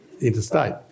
interstate